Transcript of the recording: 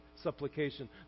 supplication